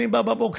אני בא בבוקר,